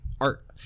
art